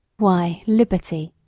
why, liberty!